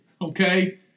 Okay